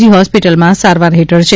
જી હોસ્પિટલમાં સારવાર હેઠળ છે